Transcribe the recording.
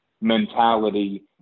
mentality